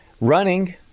running